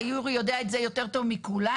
ויורי יודע את זה יותר טוב מכולנו.